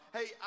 Hey